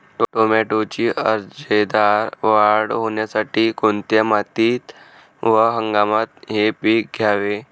टोमॅटोची दर्जेदार वाढ होण्यासाठी कोणत्या मातीत व हंगामात हे पीक घ्यावे?